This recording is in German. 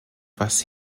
was